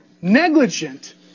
negligent